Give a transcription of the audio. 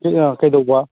ꯁꯤ ꯀꯩꯗꯧꯕ